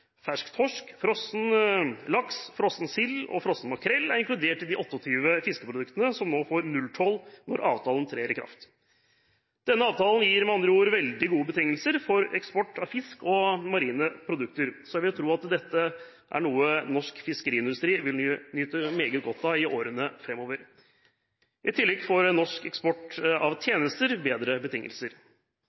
fersk kveite, fersk torsk, frossen laks, frossen sild og frossen makrell er inkludert i de 28 fiskeproduktene som får nulltoll når avtalen trer i kraft. Denne avtalen gir med andre ord veldig gode betingelser for eksport av fisk og marine produkter. Jeg vil tro at dette er noe norsk fiskeriindustri vil nyte meget godt av i årene framover. I tillegg får norsk eksport av tjenester bedre betingelser.